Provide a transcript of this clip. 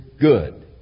good